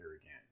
again